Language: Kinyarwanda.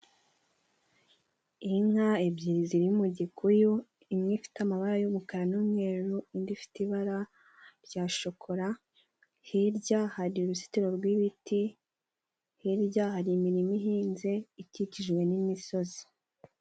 Inka ebyiri ziri mu gikuyu, imwe ifite amabara y'umukara n'umweru, indi ifite ibara rya shokora hirya hari uruzitiro rw'ibiti, hirya hari imirima ihinze ikikijwe n'imisozi.